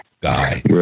guy